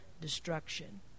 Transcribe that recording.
destruction